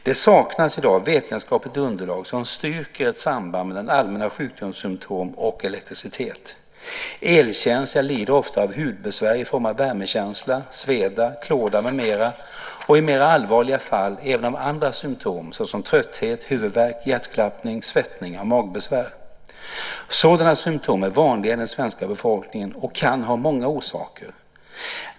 Det saknas i dag vetenskapligt underlag som styrker ett samband mellan allmänna sjukdomssymtom och elektricitet. Elkänsliga lider ofta av hudbesvär i form av värmekänsla, sveda, klåda med mera och i mer allvarliga fall även av andra symtom såsom trötthet, huvudvärk, hjärtklappning, svettningar och magbesvär. Sådana symtom är vanliga hos den svenska befolkningen och kan ha många orsaker.